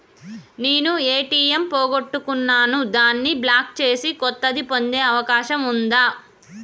నేను ఏ.టి.ఎం పోగొట్టుకున్నాను దాన్ని బ్లాక్ చేసి కొత్తది పొందే అవకాశం ఉందా?